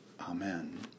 Amen